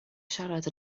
siarad